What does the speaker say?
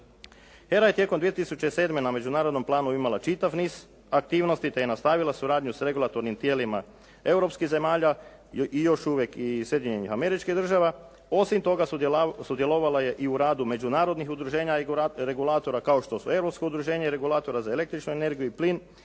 HERA je tijekom 2007. na međunarodnom planu imala čitav niz aktivnosti te je nastavila suradnju s regulatornim tijelima europskih zemalja i još uvijek i Sjedinjenih Američkih Država. Osim toga, sudjelovala je i u radu međunarodnih udruženja regulatora kao što su Europsko udruženje regulatora za električnu energiju i plin,